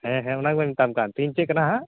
ᱦᱮᱸ ᱦᱮᱸ ᱚᱱᱟ ᱜᱮᱢᱟᱹᱧ ᱢᱮᱛᱟᱢ ᱠᱟᱱ ᱛᱤᱦᱤᱧ ᱪᱮᱫ ᱠᱟᱱᱟ ᱦᱟᱸᱜ